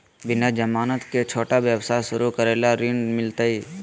बिना जमानत के, छोटा व्यवसाय शुरू करे ला ऋण मिलतई?